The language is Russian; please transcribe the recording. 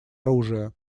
оружия